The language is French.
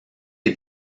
est